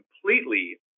completely